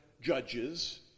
judges